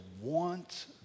want